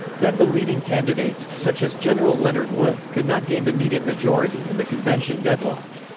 then the leading candidates, such as general leonard wood, could not gain the needed majority and the convention deadlocked.